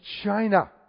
China